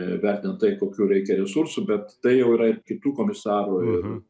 vertinant tai kokių reikia resursų bet tai jau yra ir kitų komisarų ir